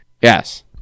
Yes